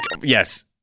Yes